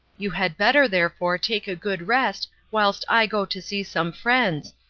you had better therefore take a good rest whilst i go to see some friends,